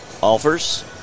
offers